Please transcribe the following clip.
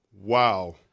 Wow